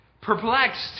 Perplexed